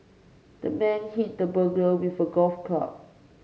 the man hit the burglar with a golf club